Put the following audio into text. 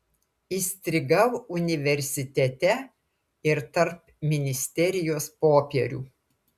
įstrigau universitete ir tarp ministerijos popierių